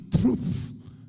truth